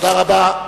תודה רבה.